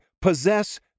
possess